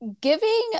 giving